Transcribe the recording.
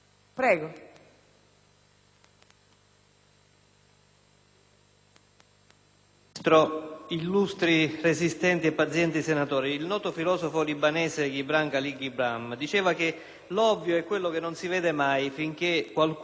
*(PdL)*. Illustri, resistenti e pazienti senatori, il noto filosofo libanese Gibran Khalil Gibran diceva che l'ovvio è quello che non si vede mai finché qualcuno non lo esprime con la massima semplicità.